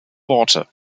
worte